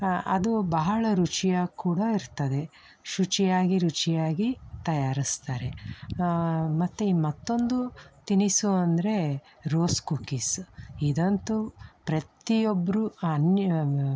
ಅದು ಬಹಳ ರುಚಿಯಾಗಿ ಕೂಡ ಇರ್ತದೆ ಶುಚಿಯಾಗಿ ರುಚಿಯಾಗಿ ತಯಾರಿಸ್ತಾರೆ ಮತ್ತು ಮತ್ತೊಂದು ತಿನಿಸು ಅಂದರೆ ರೋಸ್ ಕುಕ್ಕೀಸ್ ಇದಂತೂ ಪ್ರತಿಯೊಬ್ಬರೂ ಅನ್ಯೋ